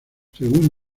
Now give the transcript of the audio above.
según